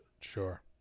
Sure